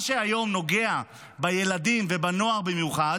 מה שהיום נוגע בילדים, ובנוער במיוחד,